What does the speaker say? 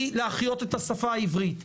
היא להחיות את השפה העברית.